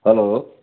hello